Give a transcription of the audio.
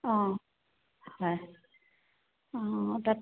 অঁ হয় অঁ তাত